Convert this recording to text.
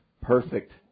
perfect